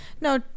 No